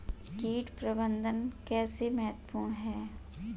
कीट प्रबंधन कैसे महत्वपूर्ण है?